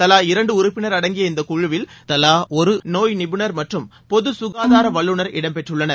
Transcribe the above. தலா இரண்டுஉறுப்பினா் அடங்கிய இந்தக் குழுவில் தலாதொற்றுநோய் நிபுணா் மற்றும் பொதுகாதாரவல்லுர் இடம்பெற்றள்ளனர்